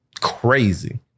Crazy